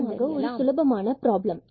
எனவே இது மீண்டுமாக ஒரு சுலபமான ப்ராப்ளம்